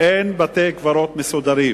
אין בתי-קברות מסודרים.